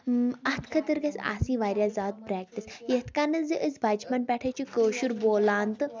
اَتھ خٲطرٕ گژھِ آسٕنۍ واریاہ زیادٕ پرٛیکٹِس یِتھ کٔنَۍ زِ أسۍ بَچپَن پٮ۪ٹھَے چھِ کٲشُر بولان تہٕ